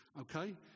Okay